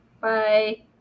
bye